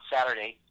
Saturday